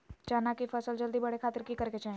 चना की फसल जल्दी बड़े खातिर की करे के चाही?